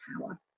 power